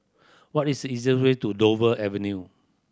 what is the easier way to Dover Avenue